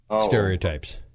stereotypes